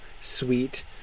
sweet